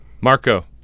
Marco